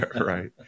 Right